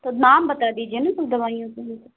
तो नाम बता दीजिए ना सब दवाइयों का